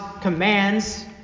commands